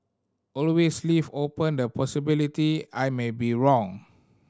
always leave open the possibility I may be wrong